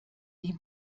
die